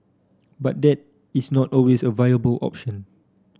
but that is not always a viable option